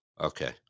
okay